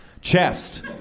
Chest